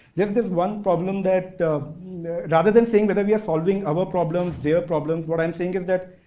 this this one problem that rather than seeing whether we are solving our problems, their problems, what i'm saying is that,